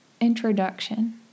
introduction